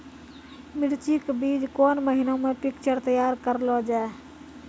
मिर्ची के बीज कौन महीना मे पिक्चर तैयार करऽ लो जा?